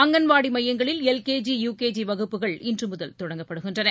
அங்கன்வாடி மையங்களில் LKG UKG வகுப்புகள் இன்றுமுதல் தொடங்கப்படுகின்றன